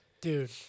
Dude